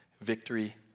Victory